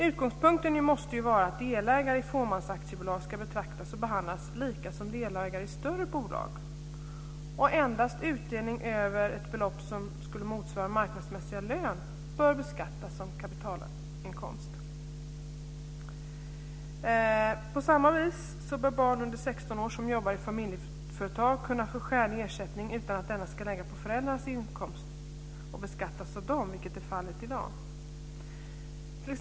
Utgångspunkten måste ju vara att delägare i fåmansaktiebolag ska betraktas och behandlas lika som delägare i större bolag, och endast utdelning över ett belopp som skulle motsvara marknadsmässig lön bör beskattas som kapitalinkomst. På samma vis bör barn under 16 år som jobbar i familjeföretag kunna få skälig ersättning utan att denna ska läggas på föräldrarnas inkomst och beskattas av dem, vilket är fallet i dag.